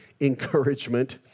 encouragement